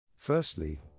Firstly